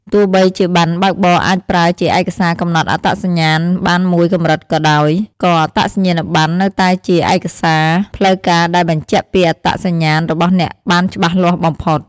ទោះបីជាប័ណ្ណបើកបរអាចប្រើជាឯកសារកំណត់អត្តសញ្ញាណបានមួយកម្រិតក៏ដោយ ក៏អត្តសញ្ញាណប័ណ្ណនៅតែជាឯកសារផ្លូវការដែលបញ្ជាក់ពីអត្តសញ្ញាណរបស់អ្នកបានច្បាស់លាស់បំផុត។